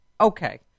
Okay